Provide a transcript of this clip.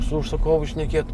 su užsakovu šnekėt